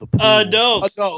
Adults